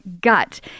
gut